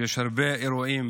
כשיש הרבה אירועים